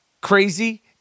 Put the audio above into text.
crazy